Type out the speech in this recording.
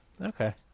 Okay